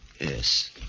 Yes